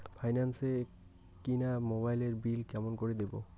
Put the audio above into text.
Finance এ কিনা মোবাইলের বিল কেমন করে দিবো?